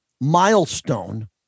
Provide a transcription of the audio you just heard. milestone